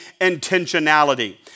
intentionality